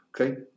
okay